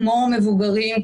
כמו מבוגרים,